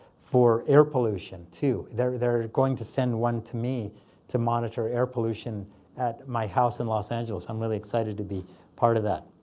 for air pollution too. they're they're going to send one to me to monitor air pollution at my house in los angeles. i'm really excited to be part of that.